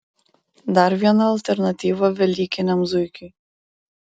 dar viena alternatyva velykiniam zuikiui